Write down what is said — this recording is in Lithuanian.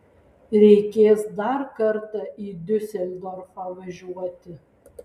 reikės dar kartą į diuseldorfą važiuoti